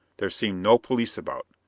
there seemed no police about.